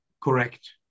correct